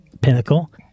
Pinnacle